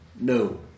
no